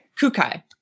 Kukai